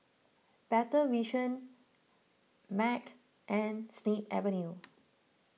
Better Vision Mag and Snip Avenue